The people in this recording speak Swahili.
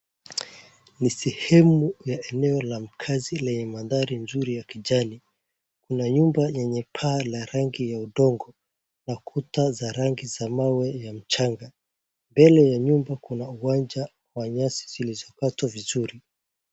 Ni sehemu eneo la maakazi lenye mandhari mzuri ya kijani. Kuna nyumba yenye paa la rangi ya udongo na kuta za rangi za mawe ya mchanga. Mbele nyumba kuna uwanja wa nyasi zilizokatwa vizuri.